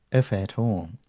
if at all,